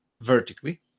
vertically